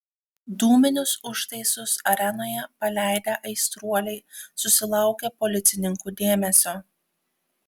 dūminius užtaisus arenoje paleidę aistruoliai susilaukia policininkų dėmesio